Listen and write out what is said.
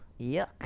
Yuck